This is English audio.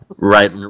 Right